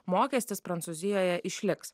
mokestis prancūzijoje išliks